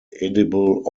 edible